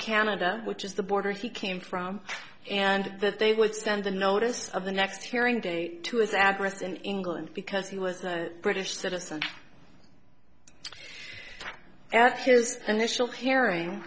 canada which is the border he came from and that they would send the notice of the next hearing date to his address in england because he was a british citizen at his initial hearing